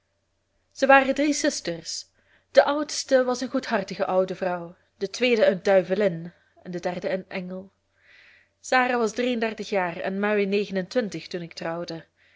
ze waren drie zusters de oudste was een goedhartige oude vrouw de tweede een duivelin en de derde een engel sarah was drie en dertig jaar en mary negen en twintig toen ik trouwde